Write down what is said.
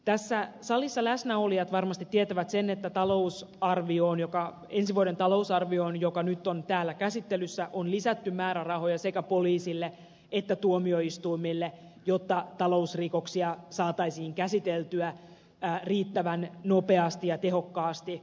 tässä salissa läsnäolijat varmasti tietävät sen että ensi vuoden talousarvioon joka nyt on täällä käsittelyssä on lisätty määrärahoja sekä poliisille että tuomioistuimille jotta talousrikoksia saataisiin käsiteltyä riittävän nopeasti ja tehokkaasti